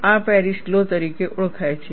અને આ Paris law તરીકે ઓળખાય છે